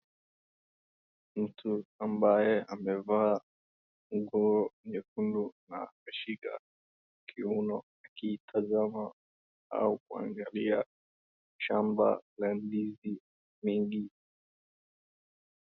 Mtu ambaye amevaa nguo nyekundu ameshika kiuno akiitazama au kuangalia shamba la ndizi mingi.